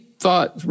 thought